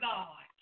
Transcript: God